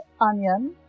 onion